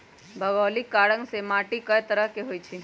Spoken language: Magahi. भोगोलिक कारण से माटी कए तरह के होई छई